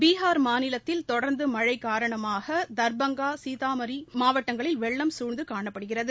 பீகார் மாநிலத்தில் தொடர்ந்து மழை காரணமாக தர்பங்கா சீதாமாரி மாவட்டங்களில் வெள்ளம் சூழ்ந்து காணப்படுகிறது